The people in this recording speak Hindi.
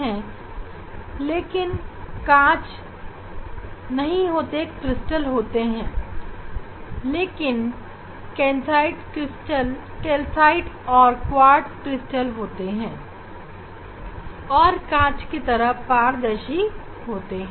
हालांकि कांच क्रिस्टल नहीं होता है लेकिन कैल्साइट और क्वार्ट्ज क्रिस्टल होते हैं और कांच की तरह पारदर्शी होते हैं